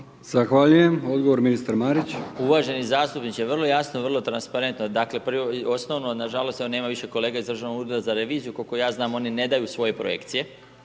Zahvaljujem. Odgovor ministar Marić. **Marić, Zdravko** Uvaženi zastupniče, vrlo jasno, i vrlo transparentno, dakle, prvo i osnovno, nažalost evo nema više kolega iz Državnog ureda za reviziju, kol'ko ja znam oni ne daju svoje projekcije,